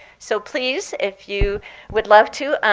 so please, if you would love to,